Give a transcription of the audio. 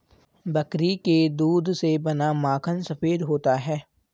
बकरी के दूध से बना माखन सफेद होता है